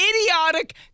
idiotic